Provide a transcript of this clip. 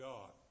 God